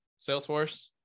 Salesforce